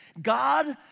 god,